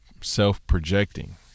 self-projecting